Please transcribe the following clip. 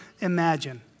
imagine